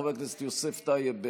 חבר הכנסת יוסף טייב,